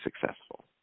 successful